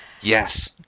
Yes